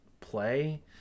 play